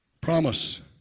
Promise